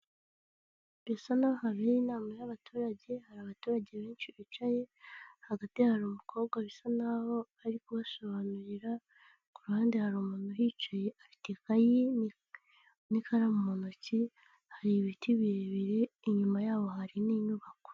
Bisa n'aho habereye inama y'abaturage. Hari abaturage benshi bicaye, hagati hari umukobwa bisa n'aho ari kubasobanurira, ku ruhande hari umuntu uhicaye afite ikayi n'ikaramu mu ntoki, hari ibiti bibiri, inyuma yabo hari n'inyubako.